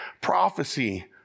prophecy